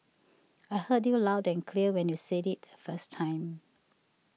I heard you loud and clear when you said it the first time